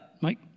Mike